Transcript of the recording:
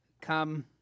come